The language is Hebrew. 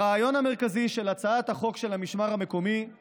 הרעיון המרכזי של הצעת החוק של המשמר המקומי הוא